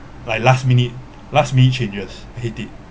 like last minute last minute changes I hate it